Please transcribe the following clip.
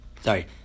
Sorry